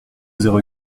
zéro